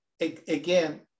again